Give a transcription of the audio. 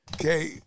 Okay